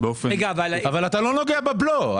באופן --- אבל אתה לא נוגע בבלו.